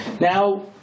Now